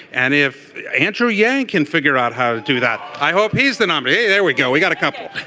and if andrew yang can figure out how do that i hope he's the nominee. there we go. we've got a couple.